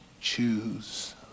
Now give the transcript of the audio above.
choose